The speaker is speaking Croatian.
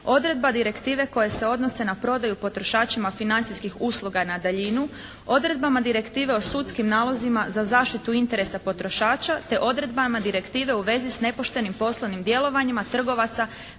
Odredba direktive koja se odnose na prodaju potrošačima financijskih usluga na daljinu, odredbama direktive o sudskim nalozima za zaštitu interesa potrošača, te odredbama direktive u vezi s nepoštenim poslovnim djelovanjima trgovaca